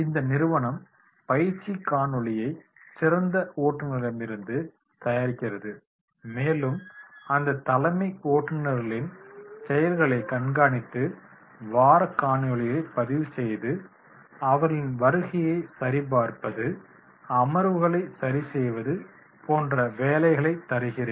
இந்த நிறுவனம் பயிற்சி காணொளியை சிறந்த ஓட்டுநர்களிடம் இருந்து தயாரிக்கிறது மேலும் அந்த தலைமை ஓட்டுநர்களின் செயல்களை கண்காணித்து வாரக் காணொளிகளைப் பதிவு செய்வது அவர்களின் வருகையை சரிபார்ப்பது அமர்வுகளை சரிசெய்வது போன்ற வேலைகளைத் தருகிறார்கள்